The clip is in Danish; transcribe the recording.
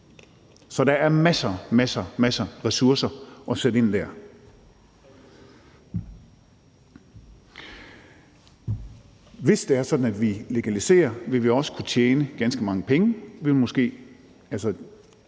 Så der er masser og masser af ressourcer at sætte ind der. Kl. 19:11 Hvis det er sådan, at vi legaliserer cannabis, vil vi også kunne tjene ganske mange penge. Rygterne